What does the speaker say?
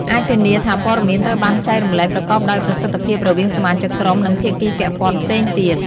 អាចធានាថាព័ត៌មានត្រូវបានចែករំលែកប្រកបដោយប្រសិទ្ធភាពរវាងសមាជិកក្រុម និងភាគីពាក់ព័ន្ធផ្សេងទៀត។